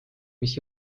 mis